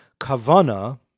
Kavana